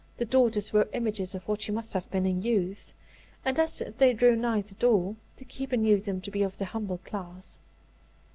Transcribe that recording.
the daughters were images of what she must have been in youth and as they drew nigh the door, the keeper knew them to be of the humble class.